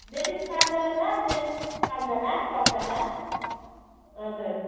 ladies पाँचजना छ gents पाँचजना दसजना हजुर